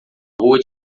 rua